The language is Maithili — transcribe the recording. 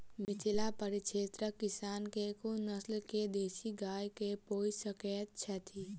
मिथिला परिक्षेत्रक किसान केँ कुन नस्ल केँ देसी गाय केँ पोइस सकैत छैथि?